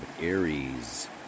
Aries